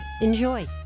Enjoy